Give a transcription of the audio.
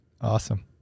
Awesome